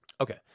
Okay